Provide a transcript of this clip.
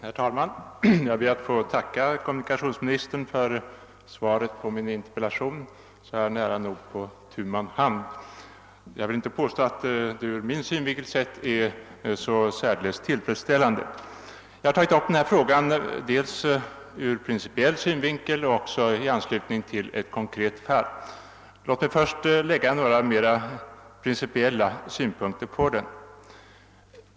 Herr talman! Jag ber att få tacka kommunikationsministern för svaret på min interpellation så här nära nog på tu man hand. Jag vill dock inte påstå att svaret ur min synvinkel sett är särskilt tillfredsställande. Denna fråga har jag tagit upp dels ur principiell synvinkel, dels i anslutning till ett konkret fall. Låt mig först lägga några mer principiella synpunkter på den.